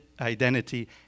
identity